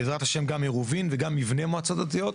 בעזרת ה' גם עירובין וגם מבני מועצות דתיות.